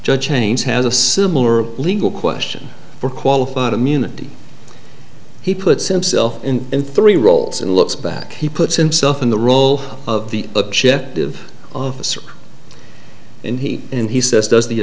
judge chains has a similar legal question for qualified immunity he puts himself in in three roles and looks back he puts himself in the role of the objective of the search and he and he says does the